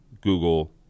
Google